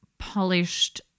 polished